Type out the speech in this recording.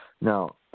Now